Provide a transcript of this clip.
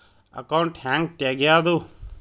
Account ಹ್ಯಾಂಗ ತೆಗ್ಯಾದು?